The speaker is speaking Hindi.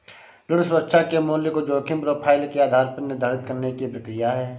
ऋण सुरक्षा के मूल्य को जोखिम प्रोफ़ाइल के आधार पर निर्धारित करने की प्रक्रिया है